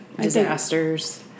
Disasters